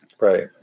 right